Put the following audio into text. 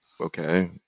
Okay